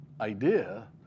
idea